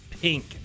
pink